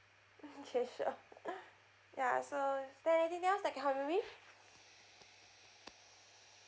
okay sure ya so is there anything else I can help you with